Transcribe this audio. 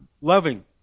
loving